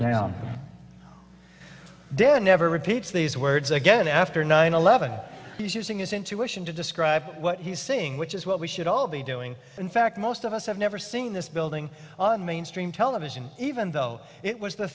dead never repeats these words again after nine eleven he's using his intuition to describe what he's saying which is what we should all be doing in fact most of us have never seen this building on mainstream television even though it was the